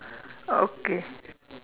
okay